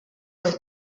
comme